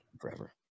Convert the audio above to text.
forever